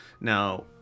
Now